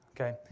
okay